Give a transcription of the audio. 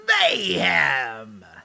mayhem